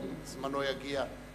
גם זמנו יגיע.